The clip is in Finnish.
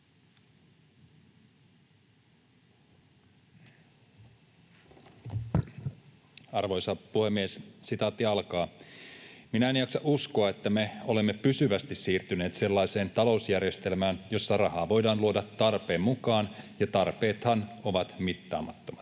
Arvoisa puhemies! ”Minä en jaksa uskoa, että me olemme pysyvästi siirtyneet sellaiseen talousjärjestelmään, jossa rahaa voidaan luoda tarpeen mukaan, ja tarpeethan ovat mittaamattomat.”